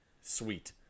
Sweet